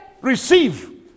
receive